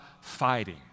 fighting